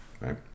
right